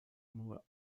moore